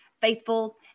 faithful